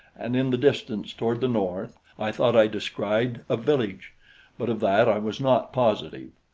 and in the distance, toward the north, i thought i descried a village but of that i was not positive.